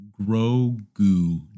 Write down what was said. Grogu